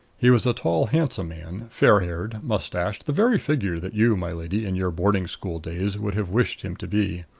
he was a tall handsome man, fair-haired, mustached the very figure that you, my lady, in your boarding-school days, would have wished him to be.